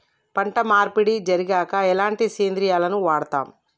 పంట మార్పిడి జరిగాక ఎలాంటి సేంద్రియాలను వాడుతం?